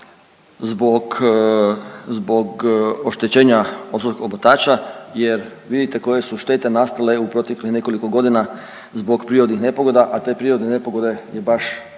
zbog oštećenja ozonskom omotača jer vidite koje su štete nastale u proteklih nekoliko godina zbog prirodnih nepogoda, a te prirodne nepogode je baš